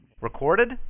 Recorded